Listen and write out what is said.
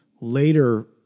later